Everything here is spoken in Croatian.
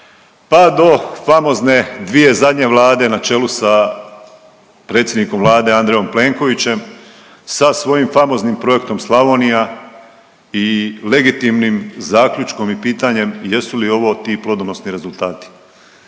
Pa do famozne dvije zadnje Vlade na čelu sa predsjednikom Vlade Andrejom Plenkovićem sa svojim famoznim projektom Slavonija i legitimnim zaključkom i pitanjem jesu li ovo ti plodonosni rezultati.